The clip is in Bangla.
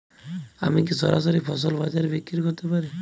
আমি কি সরাসরি ফসল বাজারে বিক্রি করতে পারি?